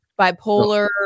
bipolar